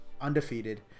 undefeated